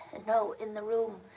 no, in the room.